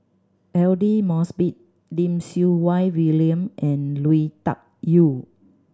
Aidli Mosbit Lim Siew Wai William and Lui Tuck Yew